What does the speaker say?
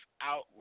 out